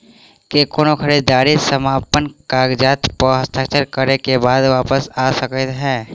की कोनो खरीददारी समापन कागजात प हस्ताक्षर करे केँ बाद वापस आ सकै है?